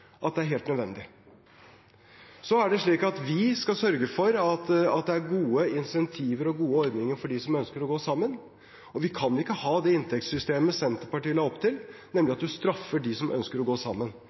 at det er helt nødvendig. Vi skal sørge for at det er gode incentiver og gode ordninger for dem som ønsker å gå sammen. Vi kan ikke ha det inntektssystemet Senterpartiet la opp til, nemlig